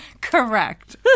correct